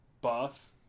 buff